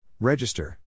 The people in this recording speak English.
Register